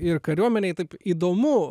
ir kariuomenėj taip įdomu